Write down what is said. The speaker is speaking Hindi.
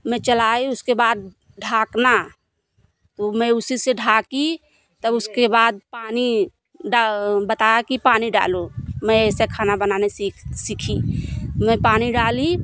मैं चलाई उसके बाद ढाकना तो मैं उसी से ढाकी तब उसके बाद पानी बताया कि पानी डालो मैं ऐसा खाना बनाना सीखी मैं पानी डाली